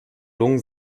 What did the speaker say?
lungen